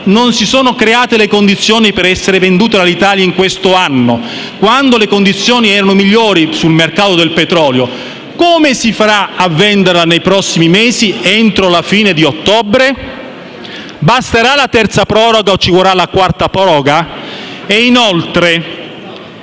non si sono create le condizioni per vendere l'Alitalia in questo anno, quando le condizioni erano migliori sul mercato del petrolio, come si farà a venderla nei prossimi mesi, entro la fine di ottobre? Basterà la terza proroga o ci vorrà la quarta?